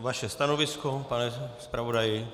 Vaše stanovisko, pane zpravodaji?